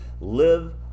live